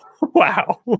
Wow